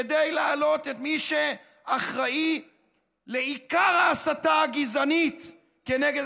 כדי להעלות את מי שאחראי לעיקר ההסתה הגזענית כנגד